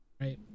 Right